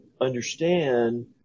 understand